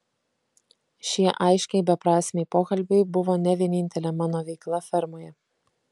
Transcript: šie aiškiai beprasmiai pokalbiai buvo ne vienintelė mano veikla fermoje